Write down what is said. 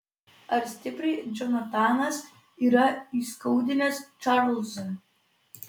ar stipriai džonatanas yra įskaudinęs čarlzą